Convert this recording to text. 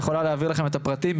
יכולה להעביר לכם את הפרטים.